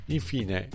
Infine